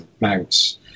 mounts